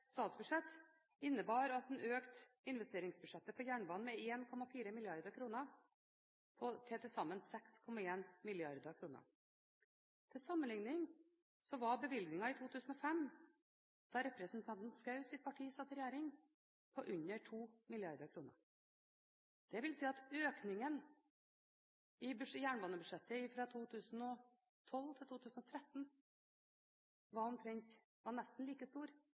statsbudsjett i fjor høst innebar at en økte investeringsbudsjettet for jernbanen med 1,4 mrd. kr, til til sammen 6,1 mrd. kr. Til sammenligning var bevilgningen i 2005, da representanten Schous parti satt i regjering, på under 2 mrd. kr. Det vil si at økningen i jernbanebudsjettet fra 2012 til 2013 var nesten like stor